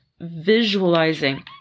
visualizing